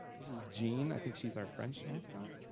this is jean. i think she's our french mascot.